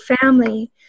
family